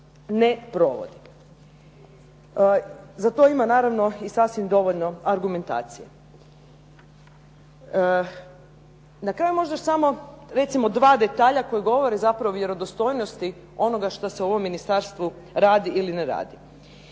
ne provodi. Za to ima naravno i sasvim dovoljno argumentacije. Na kraju možda još samo recimo dva detalja koji govore zapravo o vjerodostojnosti onoga što se u ovom ministarstvu radi ili ne radi.